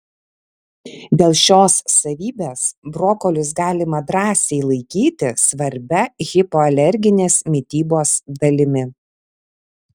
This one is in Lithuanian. dėl šios savybės brokolius galima drąsiai laikyti svarbia hipoalerginės mitybos dalimi